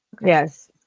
Yes